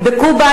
בקובה,